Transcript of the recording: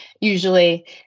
usually